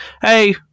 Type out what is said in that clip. hey